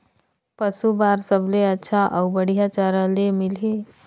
पशु बार सबले अच्छा अउ बढ़िया चारा ले मिलही?